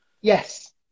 Yes